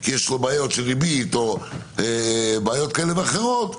כי יש לו בעיות של ריבית או בעיות כאלה ואחרות,